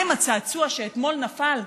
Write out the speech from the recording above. מה עם הצעצוע שאתמול נפל,